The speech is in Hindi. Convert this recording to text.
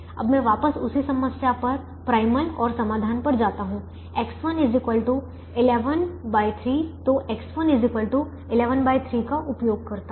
अब मैं वापस उसी समस्या पर प्राइमल और समाधान पर जाता हूं X1 113 तो X1 113 का उपयोग करता हूं